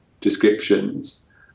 descriptions